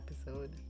episode